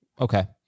Okay